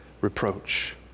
REPROACH